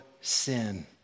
sin